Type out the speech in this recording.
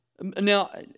Now